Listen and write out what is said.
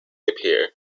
appear